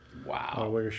Wow